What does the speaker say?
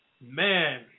man